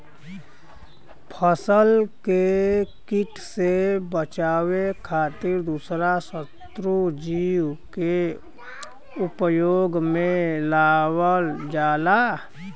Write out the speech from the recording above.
फसल के किट से बचावे खातिर दूसरा शत्रु जीव के उपयोग में लावल जाला